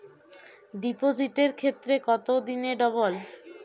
ডিপোজিটের ক্ষেত্রে কত দিনে ডবল?